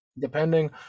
depending